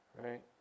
right